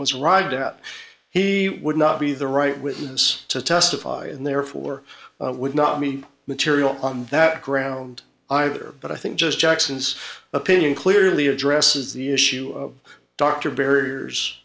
was rideout he would not be the right witness to testify and they're for i would not mean material on that ground either but i think just jackson's opinion clearly addresses the issue of dr barriers